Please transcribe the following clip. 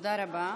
תודה רבה.